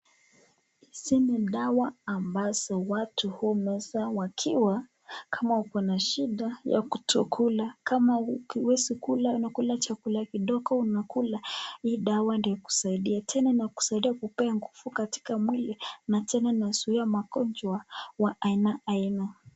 Hizi ni dawa ambazo watu humeza wakiwa kama wako na shida ya kutokula. Kama huwezi kula ,unakula chakula kidogo, unakula hii dawa ndio ikusaidie. Tena inasaidia kukupea nguvu katika mwili na tena inazuia magonjwa wa aina aina.